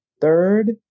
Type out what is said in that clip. third